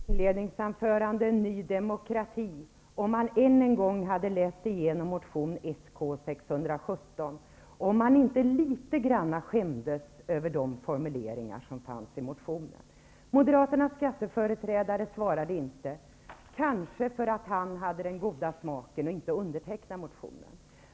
Herr talman! Jag frågade i mitt inledningsanförande Ny demokrati om man än en gång hade läst igenom motion Sk617 och om man inte litet grand skämdes över formuleringarna i motionen. Partiets företrädare i skatteutskottet svarade inte, kanske för att han hade haft den goda smaken att inte underteckna motionen.